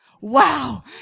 Wow